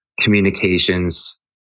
communications